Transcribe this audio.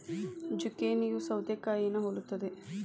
ಜುಕೇನಿಯೂ ಸೌತೆಕಾಯಿನಾ ಹೊಲುತ್ತದೆ